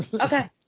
Okay